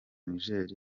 niger